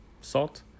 salt